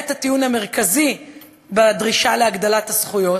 הטיעון המרכזי בדרישה להגדלת הזכויות.